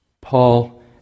Paul